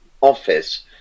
office